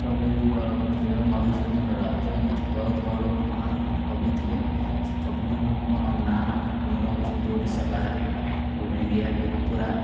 କବି ବଳଭଦ୍ର ମଧୁସୂଦନ ରାଉତ ଏମିତି ବହୁତ ବଡ଼ ମହାନ୍ କବି ଥିଲି ସେ କବିମାନଙ୍କ ନାଁ ଆମର ଯେମିତି ଓଡ଼ିଶା ବାହାରେ ଇଣ୍ଡିଆ ପୁରା